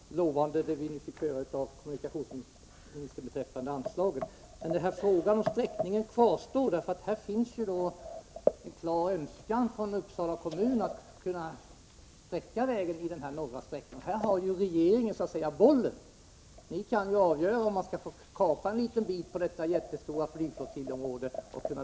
Herr talman! Det vi nu fick höra av kommunikationsministern beträffande anslagen är mycket lovande. Men frågan om sträckningen kvarstår. Det finns kvar en önskan från Uppsala kommun att dra vägen i den norra sträckningen. Regeringen har bollen och kan avgöra om man skall få kapa en liten bit av det jättestora flygflottiljområdet.